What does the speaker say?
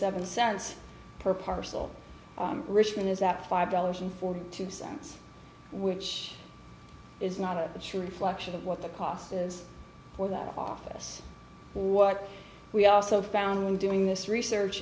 seven cents per parcel richmond is at five dollars and forty two cents which is not a sure reflection of what the cost is for that office what we also found when doing this research